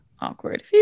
awkward